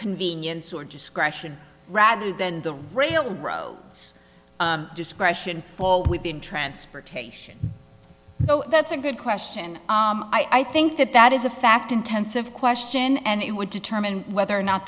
convenience or discretion rather than the railroads discretion for within transportation so that's a good question i think that that is a fact intensive question and it would determine whether or not